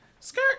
Skirt